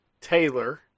Taylor